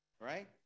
right